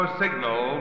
signal